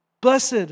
Blessed